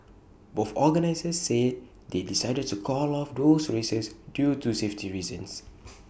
both organisers said they decided to call off those races due to safety reasons